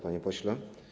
Panie Pośle!